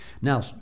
Now